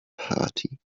party